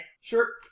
Sure